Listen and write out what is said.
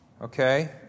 okay